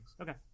Okay